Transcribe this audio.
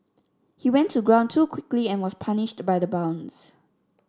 he went to ground too quickly and was punished by the bounce